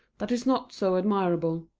that is not so admirable.